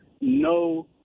no